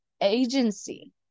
agency